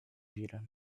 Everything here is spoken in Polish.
wiry